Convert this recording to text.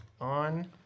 on